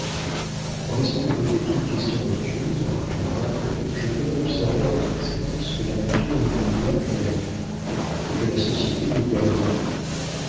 en laissant de côté toute question religieuse reprit mon oncle je ferai observer à votre excellence que la nature ne nous doit que la vie et que la société nous doit le bonheur